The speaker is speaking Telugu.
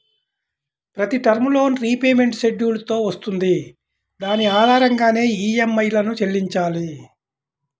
ప్రతి టర్మ్ లోన్ రీపేమెంట్ షెడ్యూల్ తో వస్తుంది దాని ఆధారంగానే ఈఎంఐలను చెల్లించాలి